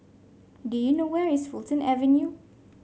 do you know where is Fulton Avenue